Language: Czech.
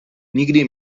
nikdy